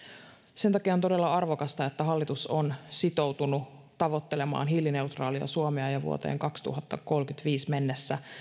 sen takia on todella arvokasta että hallitus on sitoutunut tavoittelemaan hiilineutraalia suomea jo vuoteen kaksituhattakolmekymmentäviisi mennessä